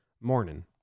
morning